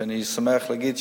ואני שמח להגיד,